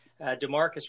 demarcus